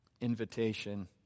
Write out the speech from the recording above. invitation